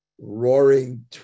roaring